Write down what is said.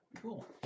Cool